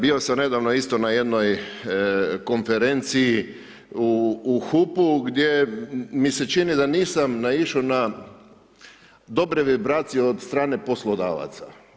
Bio sam nedavno isto na jednoj konferenciji u HUP-u gdje mi se čini da nisam naišao na dobre vibracije od strane poslodavaca.